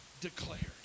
declared